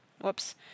Whoops